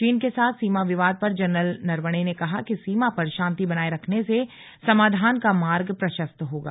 चीन के साथ सीमा विवाद पर जनरल नरवणे ने कहा कि सीमा पर शांति बनाये रखने से समाधान का मार्ग प्रशस्त होगा